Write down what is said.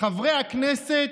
"חברי הכנסת,